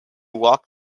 walk